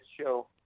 show